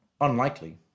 Unlikely